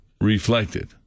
reflected